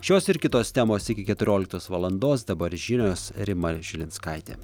šios ir kitos temos iki keturioliktos valandos dabar žinios rima žilinskaitė